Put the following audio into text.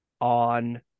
on